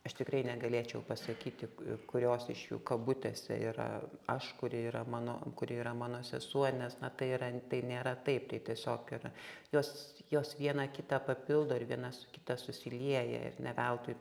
aš tikrai negalėčiau pasakyti kurios iš jų kabutėse yra aš kuri yra mano kuri yra mano sesuo nes na tai yra tai nėra taip tai tiesiog yra jos jos viena kitą papildo ir viena su kita susilieja ir ne veltui